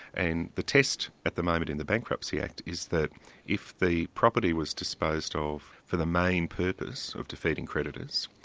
and the test at the moment in the bankruptcy act is that if the property was disposed of for the main purpose of defeating creditors,